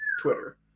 Twitter